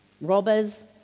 robbers